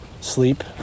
sleep